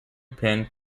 pin